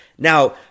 Now